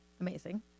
Amazing